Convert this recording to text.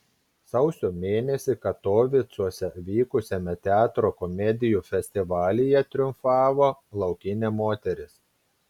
sausio mėnesį katovicuose vykusiame teatro komedijų festivalyje triumfavo laukinė moteris